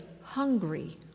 hungry